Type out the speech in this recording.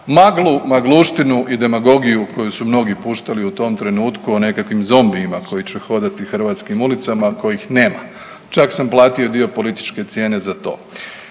maglu, magluštinu i demagogiju koju su mnogi puštali u tom trenutku o nekakvim zombijima koji će hodati hrvatskih ulicama kojih nema, čak sam platio i dio političke cijene za to,